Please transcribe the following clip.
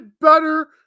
better